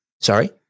Sorry